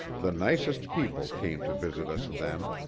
the nicest people came to visit us then.